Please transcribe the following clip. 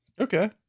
Okay